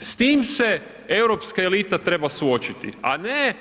S tim se europska elita treba suočiti a ne